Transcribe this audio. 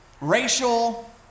racial